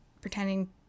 pretending